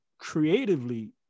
creatively